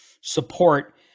support